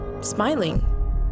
Smiling